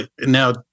Now